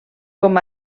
com